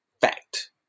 fact